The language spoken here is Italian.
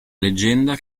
leggenda